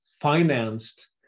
financed